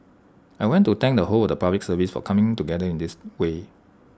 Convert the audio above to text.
I want to thank the whole of the Public Service for coming together in this way